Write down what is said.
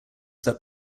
that